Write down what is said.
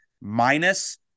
minus